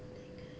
that kind